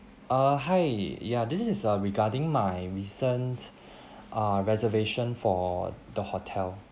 uh hi ya this is uh regarding my recent uh reservation for the hotel